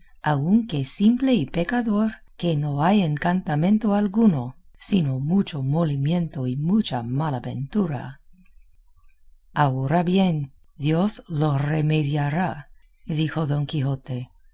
para mí aunque simple y pecador que no hay encantamento alguno sino mucho molimiento y mucha mala ventura ahora bien dios lo remediará dijo don quijote